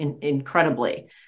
incredibly